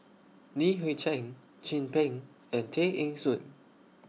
Li Hui Cheng Chin Peng and Tay Eng Soon